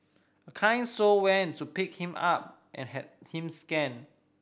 a kind soul went to pick him up and had him scanned